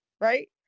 Right